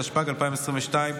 התשפ"ג 2022,